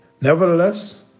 nevertheless